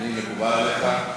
פנים, מקובל עליך?